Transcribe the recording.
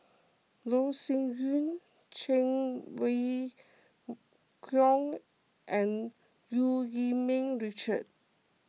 Loh Sin Yun Cheng Wai Keung and Eu Yee Ming Richard